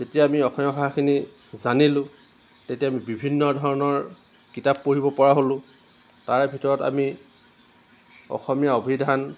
যেতিয়া আমি অসমীয়া ভাষাখিনি জানিলোঁ তেতিয়া বিভিন্ন ধৰণৰ কিতাপ পঢ়িব পৰা হ'লোঁ তাৰ ভিতৰত আমি অসমীয়া অভিধান